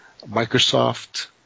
Microsoft